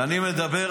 כשאני מדבר,